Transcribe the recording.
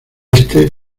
este